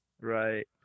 Right